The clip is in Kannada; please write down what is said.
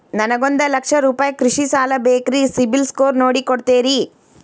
ನನಗೊಂದ ಲಕ್ಷ ರೂಪಾಯಿ ಕೃಷಿ ಸಾಲ ಬೇಕ್ರಿ ಸಿಬಿಲ್ ಸ್ಕೋರ್ ನೋಡಿ ಕೊಡ್ತೇರಿ?